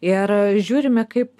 ir žiūrime kaip